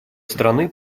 страны